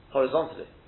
Horizontally